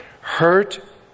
Hurt